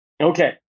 Okay